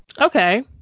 okay